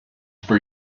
for